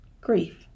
grief